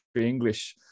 english